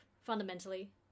fundamentally